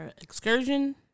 excursion